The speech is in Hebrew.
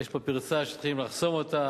יש פה פרצה שצריכים לחסום אותה.